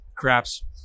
craps